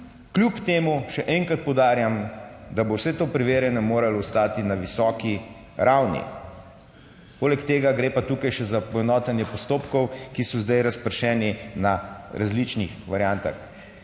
Kljub temu še enkrat poudarjam, da bo vse to preverjanje moralo ostati na visoki ravni. Poleg tega gre pa tukaj še za poenotenje postopkov, ki so zdaj razpršeni na različnih variantah.